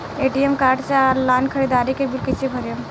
ATM card से online ख़रीदारी के बिल कईसे भरेम?